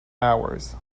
hours